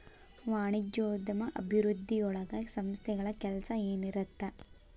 ವಾಣಿಜ್ಯೋದ್ಯಮ ಅಭಿವೃದ್ಧಿಯೊಳಗ ಸಂಸ್ಥೆಗಳ ಕೆಲ್ಸ ಏನಿರತ್ತ